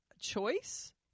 choice